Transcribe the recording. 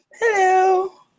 Hello